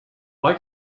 why